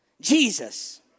Jesus